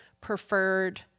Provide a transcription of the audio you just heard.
preferred